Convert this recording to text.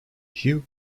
hugh